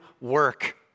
work